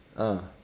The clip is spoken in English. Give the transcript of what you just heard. ah